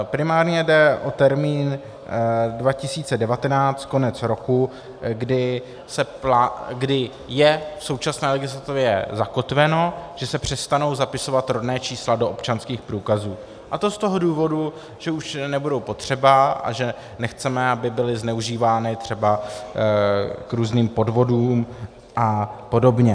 Primárně jde o termín 2019, konec roku, kdy je v současné legislativě zakotveno, že se přestanou zapisovat rodná čísla do občanských průkazů, a to z toho důvodu, že už nebudou potřeba a že nechceme, aby byla zneužívána třeba k různým podvodům a podobně.